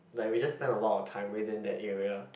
like we just spend a lot of time within that area